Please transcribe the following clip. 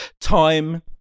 Time